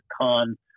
con